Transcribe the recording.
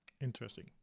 Interesting